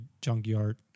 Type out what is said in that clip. junkyard